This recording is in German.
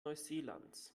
neuseelands